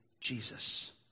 Jesus